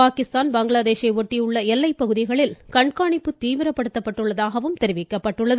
பாகிஸ்தான் பங்களாதேஷை ஒட்டியுள்ள எல்லைப்பகுதிகளில் கண்காணிப்பு தீவிரப்படுத்தப்பட்டுள்ளதாகவும் தெரிவிக்கப்பட்டுள்ளது